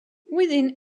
within